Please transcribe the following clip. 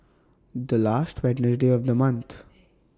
The last Wednesday of The month